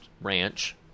Ranch